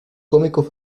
cómico